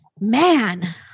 man